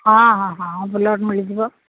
ହଁ ହଁ ହଁ ବ୍ଲଡ୍ ମିଳିଯିବ